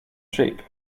shape